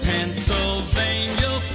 Pennsylvania